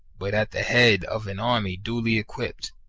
but at the head of an army duly equipped,